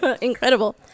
Incredible